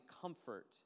comfort